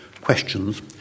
questions